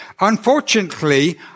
Unfortunately